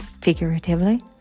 figuratively